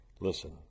Listen